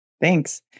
Thanks